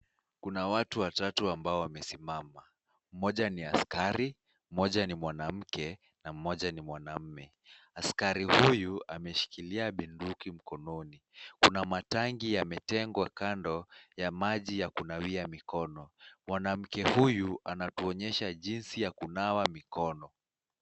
Kuna watu watatu ambao wamesimama, mmoja ni askari, mmoja ni mwanamke na mmoja ni mwanaume. Askari huyu ameshikilia bunduki mkononi. Kuna matangi yametengwa kando ya maji ya kunawia mikono. Mwanamke huyu anatuonyesha jinsi ya kunawa mikono.